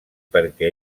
perquè